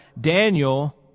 Daniel